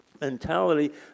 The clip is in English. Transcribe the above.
mentality